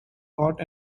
caught